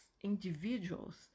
individuals